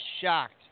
shocked